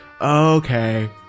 Okay